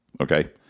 Okay